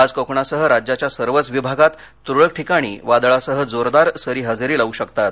आज कोकणासह राज्याच्या सर्वच विभागात तुरळक ठिकाणी वादळासह जोरदार सरी हजेरी लावू शसकतात